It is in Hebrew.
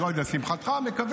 אני לא יודע אם לשמחתך, אני מקווה.